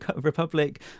Republic